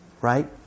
right